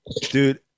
Dude